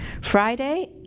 Friday